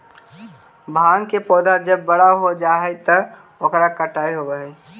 भाँग के पौधा जब बड़ा हो जा हई त ओकर कटाई होवऽ हई